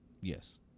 Yes